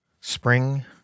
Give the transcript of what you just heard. spring